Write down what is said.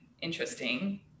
interesting